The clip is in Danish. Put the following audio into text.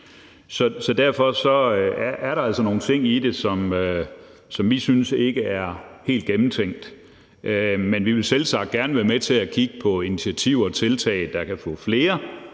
Derfor er der altså nogle ting i det, som vi synes ikke er helt gennemtænkt, men vi vil selvsagt gerne være med til at kigge på initiativer og tiltag, der kan få flere